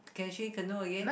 can she canoe again